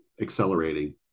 accelerating